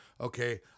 Okay